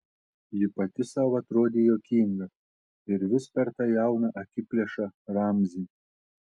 ji pati sau atrodė juokinga ir vis per tą jauną akiplėšą ramzį